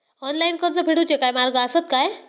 Online कर्ज फेडूचे काय मार्ग आसत काय?